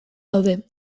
daude